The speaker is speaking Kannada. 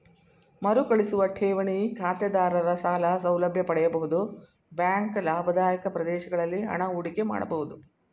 ಮರುಕಳಿಸುವ ಠೇವಣಿ ಖಾತೆದಾರರ ಸಾಲ ಸೌಲಭ್ಯ ಪಡೆಯಬಹುದು ಬ್ಯಾಂಕ್ ಲಾಭದಾಯಕ ಪ್ರದೇಶಗಳಲ್ಲಿ ಹಣ ಹೂಡಿಕೆ ಮಾಡಬಹುದು